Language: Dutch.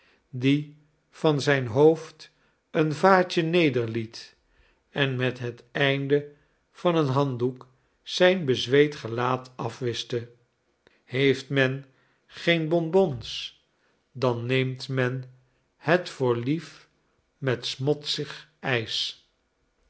die van zijn hoofd een vaatje nederliet en met het einde van een handdoek zijn bezweet gelaat afwischte heeft men geen bonbons dan neemt men het voor lief met smotsig ijs